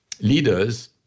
leaders